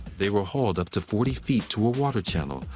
they were hauled up to forty feet to a water channel,